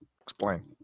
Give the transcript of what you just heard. Explain